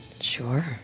Sure